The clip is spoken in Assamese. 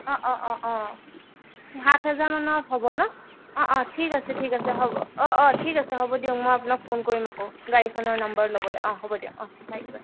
অঁ অঁ অঁ অঁ কি সাত হেজাৰ মানত হ'ব ন অঁ অঁ ঠিক আছে ঠিক আছে হ'ব অঁ অঁ ঠিক আছে হ'ব দিয়ক মই আপোনাক ফোন কৰিম আকৌ গাড়ীখনৰ নম্বৰ ল'বলৈ অঁ হ'ব দিয়ক অঁ বাই